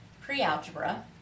pre-algebra